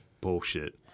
Bullshit